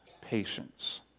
patience